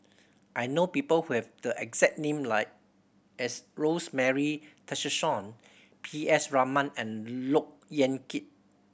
I know people who have the exact name like as Rosemary Tessensohn P S Raman and Look Yan Kit